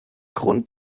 grund